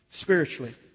spiritually